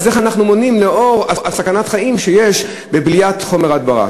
אז איך אנחנו מונעים את סכנת החיים שבבליעת חומר הדברה?